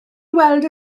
weld